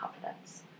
confidence